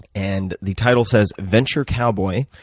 and, the title says, venture cowboy,